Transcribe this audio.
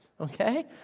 okay